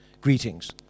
Greetings